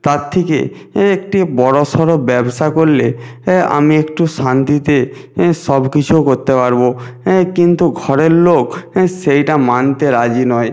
তার থেকে হ্যাঁ একটি বড়সড় ব্যবসা করলে হ্যাঁ আমি একটু শান্তিতে হ্যাঁ সব কিছুও করতে পারব হ্যাঁ কিন্তু ঘরের লোক হ্যাঁ সেইটা মানতে রাজি নয়